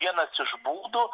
vienas iš būdų